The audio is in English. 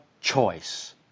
choice